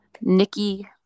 Nikki